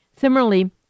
Similarly